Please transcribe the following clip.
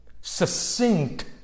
succinct